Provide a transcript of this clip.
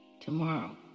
Tomorrow